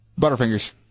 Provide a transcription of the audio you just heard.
Butterfingers